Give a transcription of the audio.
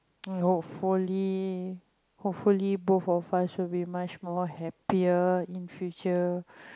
hopefully hopefully both of us will be much more happier in future